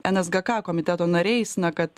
nsgk komiteto nariais na kad